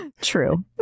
true